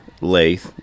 lathe